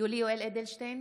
יולי יואל אדלשטיין,